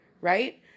right